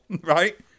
right